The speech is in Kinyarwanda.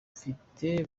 mfite